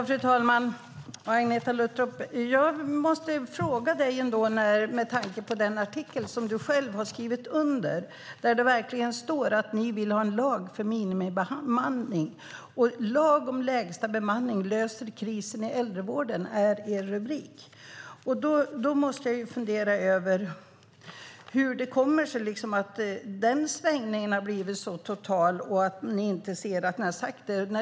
Fru talman! Agneta Luttropp! Jag måste ställa frågor till dig med tanke på den artikel som du själv har skrivit under. Där står det verkligen att ni vill ha en lag om minimibemanning. Er rubrik är: "Lag om lägsta bemanning löser krisen i äldrevården". Då funderar jag över hur det kommer sig att det har blivit en total omsvängning och att ni inte ser att ni har sagt detta.